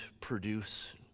produce